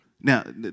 now